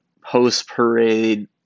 post-parade